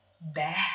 bad